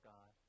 God